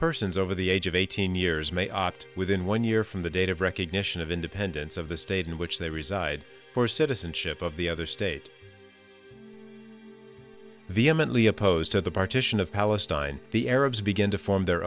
persons over the age of eighteen years may act within one year from the date of recognition of independence of the state in which they reside for citizenship of the other state vehemently opposed to the partition of palestine the arabs begin to form their